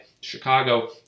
Chicago